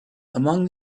among